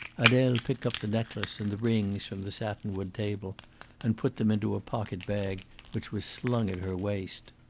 adele picked up the necklace and the rings from the satin-wood table and put them into a pocket-bag which was slung at her waist.